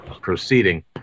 proceeding